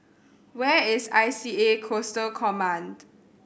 where is I C A Coastal Command